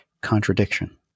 contradiction